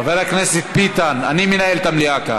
חבר הכנסת ביטן, אני מנהל את המליאה כאן.